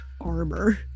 armor